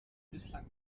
bislang